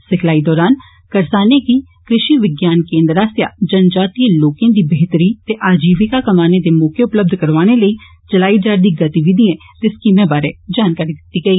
सिखलाई दरान करसानें गी कृषि विज्ञान केन्द्र आस्सेआ जनजातिएं लोकें दी बेह्तरी ते आजिविका कमाने दे मौके उपलब्ध करोआने लेई चलाई जा'रदी गतिविधिएं ते स्कीमे बारे जानकारी दित्ती गेई